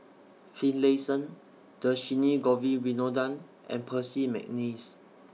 Finlayson Dhershini Govin Winodan and Percy Mcneice